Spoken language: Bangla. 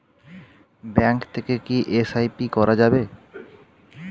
ব্যাঙ্ক থেকে কী এস.আই.পি করা যাবে?